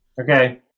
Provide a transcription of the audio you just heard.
Okay